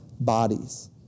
bodies